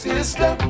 Sister